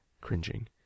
cringing